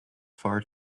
far